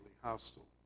hostile